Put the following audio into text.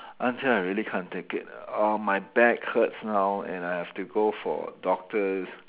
until I really can't take it ugh my back hurts now and I have to go for doctors